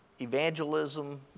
evangelism